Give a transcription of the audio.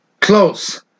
Close